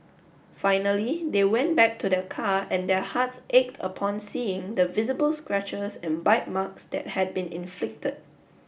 finally they went back to their car and their hearts ached upon seeing the visible scratches and bite marks that had been inflicted